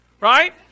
right